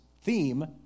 theme